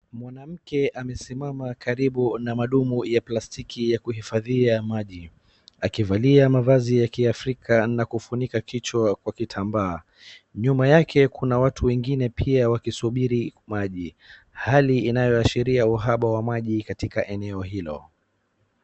Mwanamke amesimama karibu na madumu ya plastiki ya kuifadhia maji. Akivalia mavazi ya kiafrika na kufunika kichwa kwa kitambaa. Nyuma yake kuna watu wengine pia wakisubiri maji. Hali inayoashiria uhaba wa maji katika eneo hilo.